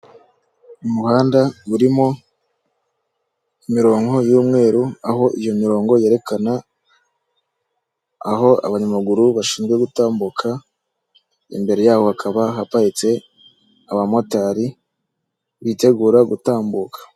Uyu muhanda urimo imirongo y'umweru, aho iyo mirongo yerekana aho abanyamaguru bashinzwe gutambuka, imbere yaho hakaba haparitse abamotari bitegura gutambuka.